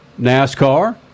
NASCAR